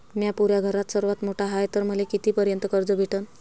म्या पुऱ्या घरात सर्वांत मोठा हाय तर मले किती पर्यंत कर्ज भेटन?